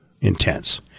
intense